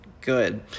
good